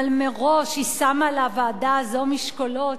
אבל מראש היא שמה לוועדה הזו משקולות